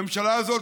הממשלה הזאת,